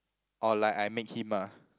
or like I make him ah